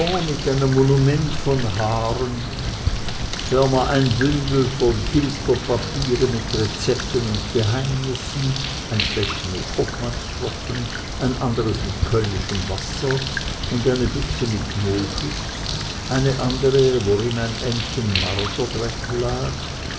mit einem monument von haaren ferner ein bündel vergilbter papiere mit rezepten und geheimnissen ein fläschchen mit hoffmannstropfen ein anderes mit kölnischem wasser und eine büchse mit moschus eine andere worin ein endchen marderdreck lag